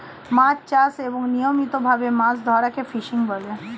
মাছ চাষ এবং নিয়মিত ভাবে মাছ ধরাকে ফিশিং বলে